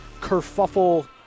kerfuffle